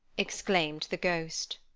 exclaimed the ghost,